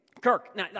Kirk